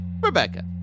Rebecca